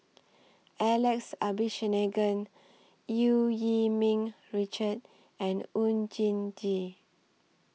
Alex Abisheganaden EU Yee Ming Richard and Oon Jin Gee